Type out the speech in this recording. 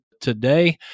today